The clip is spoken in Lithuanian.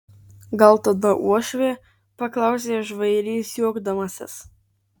gal tada uošvė paklausė žvairys juokdamasis